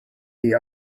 the